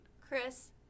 Chris